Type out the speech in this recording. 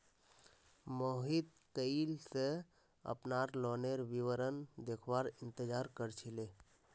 मोहित कइल स अपनार लोनेर विवरण देखवार इंतजार कर छिले